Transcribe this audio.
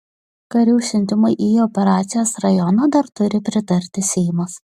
karių siuntimui į operacijos rajoną dar turi pritarti seimas